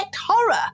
horror